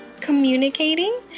communicating